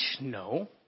No